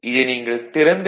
இதை நீங்கள் திறந்த டி